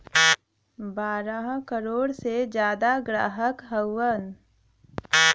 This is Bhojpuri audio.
बारह करोड़ से जादा ग्राहक हउवन